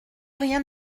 rien